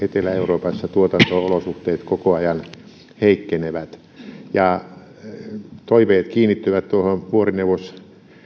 etelä euroopassa tuotanto olosuhteet koko ajan heikkenevät toiveet kiinnittyvät vuorineuvos